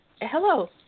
Hello